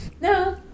no